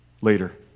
later